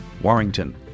Warrington